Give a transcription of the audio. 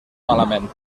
malament